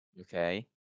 Okay